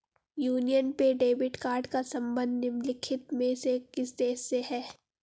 Union pay debit card का संबंध निम्नलिखित में से किस देश से है?